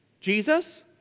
Jesus